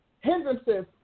hindrances